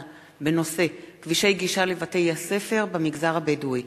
בנושאים: כבישי גישה לבתי-הספר במגזר הבדואי,